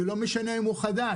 ולא משנה אם הוא חדש,